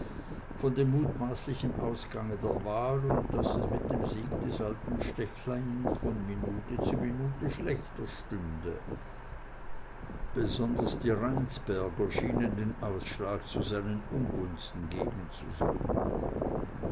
von dem mutmaßlichen ausgange der wahl und daß es mit dem siege des alten stechlin von minute zu minute schlechter stünde besonders die rheinsberger schienen den ausschlag zu seinen ungunsten gehen zu sollen